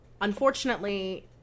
Unfortunately